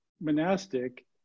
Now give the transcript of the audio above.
monastic